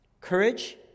Courage